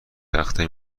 تخته